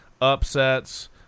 upsets